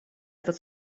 этот